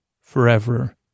forever